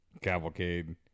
Cavalcade